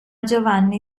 giovanni